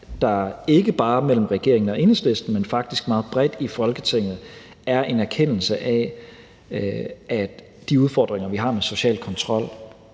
der ikke bare mellem regeringen og Enhedslisten, men faktisk meget bredt i Folketinget er en erkendelse af, at de udfordringer, vi har med social kontrol,